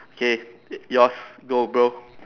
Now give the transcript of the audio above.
K yours go bro